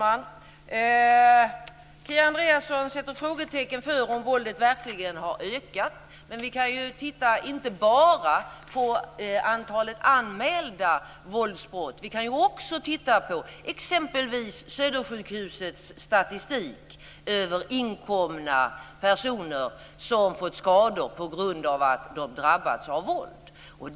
Fru talman! Kia Andreasson sätter frågetecken för om våldet verkligen har ökat. Men vi kan ju titta inte bara på antalet anmälda våldsbrott. Vi kan också titta på exempelvis Södersjukhusets statistik över inkomna personer som fått skador på grund av att de drabbats av våld.